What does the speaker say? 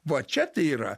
va čia tai yra